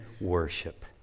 worship